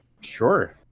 sure